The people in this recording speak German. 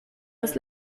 ist